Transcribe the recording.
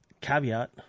Caveat